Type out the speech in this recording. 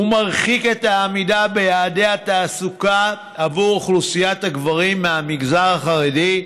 הוא מרחיק את העמידה ביעד התעסוקה של אוכלוסיית הגברים מהמגזר החרדי,